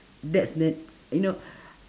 that's ne~ you know